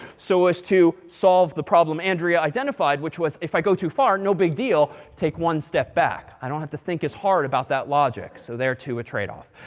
so as to solve the problem andrea identified, which was if i go too far no big deal. take one step back. i don't have to think as hard about that logic. so there too, a trade off.